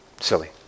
silly